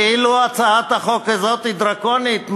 כאילו הצעת החוק הזאת היא דרקונית.